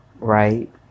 right